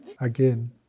again